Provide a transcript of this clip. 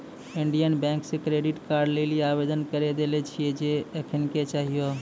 Indian bank से credit card लेली आवेदन करी देले छिए जे एखनीये चाहियो